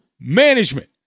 management